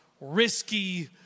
risky